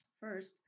First